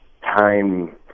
time